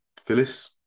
Phyllis